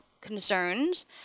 concerns